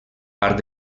part